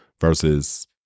versus